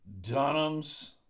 Dunhams